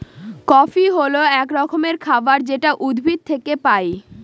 coffee হল এক রকমের খাবার যেটা উদ্ভিদ থেকে পায়